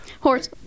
Horse